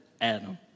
Adam